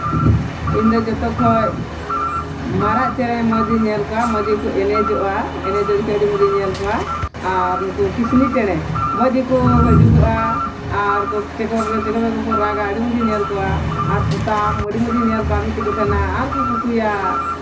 ᱤᱧᱫᱚ ᱡᱚᱛᱚ ᱠᱷᱚᱡ ᱢᱟᱨᱟᱜ ᱪᱮᱬᱮ ᱢᱚᱡᱽ ᱤᱧ ᱧᱮᱞ ᱠᱚᱣᱟ ᱢᱚᱡᱽ ᱜᱮᱠᱚ ᱮᱱᱮᱡᱚᱜᱼᱟ ᱮᱱᱮᱡᱚᱜ ᱡᱚᱠᱷᱚᱡ ᱟᱹᱰᱤ ᱢᱚᱡᱽ ᱤᱧ ᱧᱮᱞ ᱠᱚᱣᱟ ᱟᱨ ᱱᱩᱠᱩ ᱠᱤᱥᱱᱤ ᱪᱮᱬᱮ ᱢᱚᱡᱽ ᱜᱮᱠᱚ ᱦᱤᱡᱩᱜᱚᱜᱼᱟ ᱟᱨ ᱠᱚ ᱨᱟᱜᱼᱟ ᱟᱹᱰᱤ ᱢᱚᱡᱽ ᱤᱧ ᱧᱮᱞ ᱠᱚᱣᱟ ᱟᱨ ᱯᱚᱛᱟᱢ ᱟᱹᱰᱤ ᱢᱚᱡᱽ ᱤᱧ ᱧᱮᱞ ᱠᱚᱣᱟ ᱢᱤᱫ ᱛᱮᱠᱚ ᱛᱟᱦᱮᱱᱟ ᱟᱨ ᱠᱚ ᱠᱩᱠᱩᱭᱟ